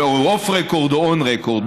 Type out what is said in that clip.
אוף דה רקורד או און דה רקורד.